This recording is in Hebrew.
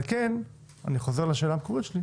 על כן אני חוזר לשאלה המקורית שלי.